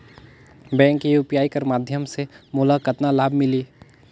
Bank UPI कर माध्यम ले मोला कतना लाभ मिली?